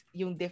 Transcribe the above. yung